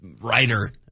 writer